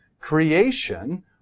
Creation